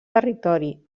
territori